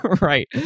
right